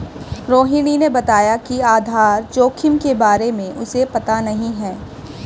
रोहिणी ने बताया कि आधार जोखिम के बारे में उसे पता नहीं है